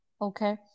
Okay